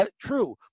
true